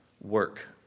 work